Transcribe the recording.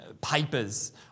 papers